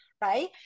right